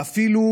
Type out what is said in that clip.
ואפילו,